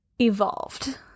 evolved